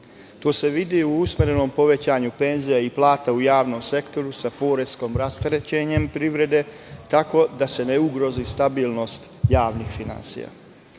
To se vidi u usmerenom povećanju penzija i plata u javnom sektoru sa poreskim rasterećenjem privrede, tako da se ne ugrozi stabilnost javnih finansija.